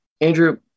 Andrew